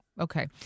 Okay